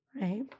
right